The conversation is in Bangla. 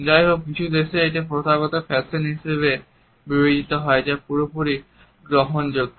যাইহোক কিছু দেশে যেখানে এটি একটি প্রথাগত ফ্যাশন হিসাবে বিবেচিত হয় এটি পুরোপুরি গ্রহণযোগ্য